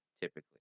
typically